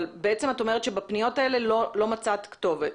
למעשה, את אומרת שלא מצאת כתובת